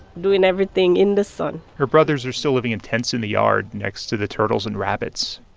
doing everything in the sun her brothers are still living in tents in the yard next to the turtles and rabbits.